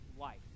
life